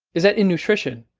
is that in nutrition,